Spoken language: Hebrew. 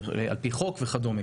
על-פי חוק וכדומה.